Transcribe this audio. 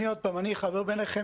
אני אחבר ביניכם.